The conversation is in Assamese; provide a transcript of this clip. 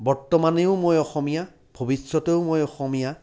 বৰ্তমানেও মই অসমীয়া ভৱিষ্যতেও মই অসমীয়া